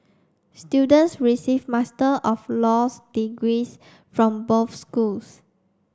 students receive Master of Laws degrees from both schools